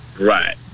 Right